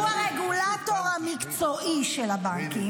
-- צריך שיהיה --- שהרגולטור -- שהוא הרגולטור המקצועי של הבנקים,